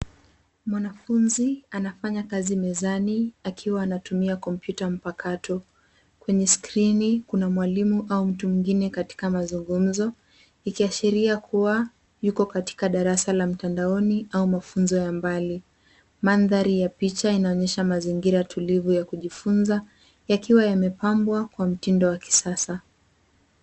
Mwanafunzi anafanya kazi mezani akiwa anatumia kompyuta mpakato. Kwenye skrini kuna mwalimu au mtu mwingine katika mazungumzo ikiashiria kuwa yuko katika darasa la mtandaoni au mafunzo ya mbali. Mandhari ya picha inaonyesha mazingira tulivu ya kujifunza yakiwa yamepambwa kwa mtindo wa kisasa.